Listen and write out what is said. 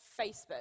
Facebook